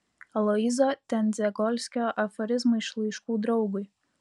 aloyzo tendzegolskio aforizmai iš laiškų draugui